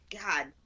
God